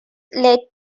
led